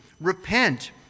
Repent